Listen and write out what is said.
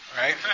right